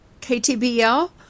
KTBL